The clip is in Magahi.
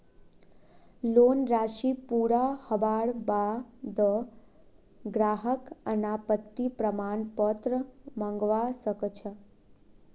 लोन राशि पूरा हबार बा द ग्राहक अनापत्ति प्रमाण पत्र मंगवा स ख छ